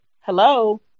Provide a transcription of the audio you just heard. Hello